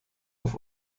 auf